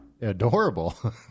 Adorable